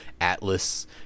Atlas